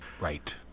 Right